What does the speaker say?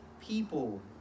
people